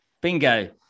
bingo